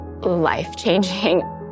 life-changing